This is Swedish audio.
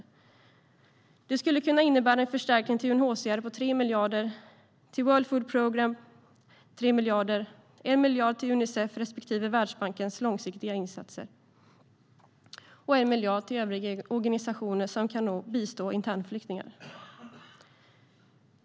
Detta skulle kunna innebära en förstärkning på 3 miljarder till UNHCR, 3 miljarder till World Food Programme, 1 miljard till Unicef respektive till Världsbankens långsiktiga insatser och 1 miljard till övriga organisationer som kan bistå internflyktingar.